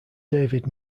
david